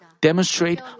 demonstrate